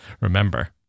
Remember